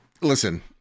listen